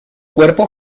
cuerpo